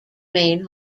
main